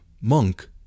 Monk